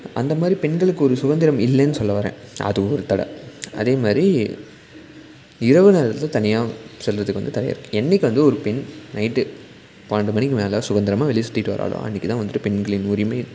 அந்த மாதிரி பெண்களுக்கு ஒரு சுதந்திரம் இல்லைன்னு சொல்ல வர்றேன் அதுவும் ஒரு தடை அதே மாதிரி இரவு நேரத்தில் தனியாக செல்கிறதுக்கு வந்து தடையாக இருக்குது என்னைக்கி வந்து ஒரு பெண் நைட்டு பன்னெண்டு மணிக்கு மேலே சுதந்திரமா வெளியே சுத்திவிட்டு வர்றாளோ அன்னைக்கி தான் வந்துட்டு பெண்களின் உரிமை